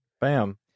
Bam